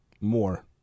more